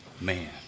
Man